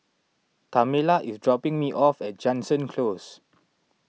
Tamela is dropping me off at Jansen Close